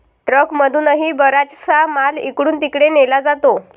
ट्रकमधूनही बराचसा माल इकडून तिकडे नेला जातो